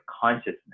consciousness